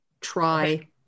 try